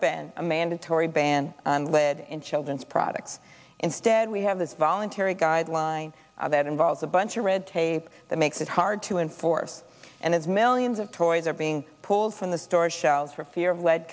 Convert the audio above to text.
been a mandatory ban on lead in children's products instead we have this voluntary guideline that involves a bunch of red tape that makes it hard to enforce and as millions of toys are being pulled from the store shelves for fear of le